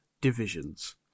divisions